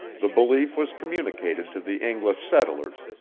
the belief was communicated to the english settlers,